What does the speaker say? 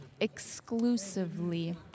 Exclusively